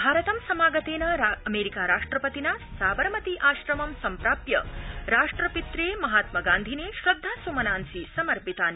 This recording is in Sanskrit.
भारतं समागतेन अमेरिका राष्ट्रपतिना साबरमती आश्रमं सम्प्राप्य राष्ट्रपित्रे महात्मगान्धिने श्रद्धासुमनांसि समर्पितानि